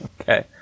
Okay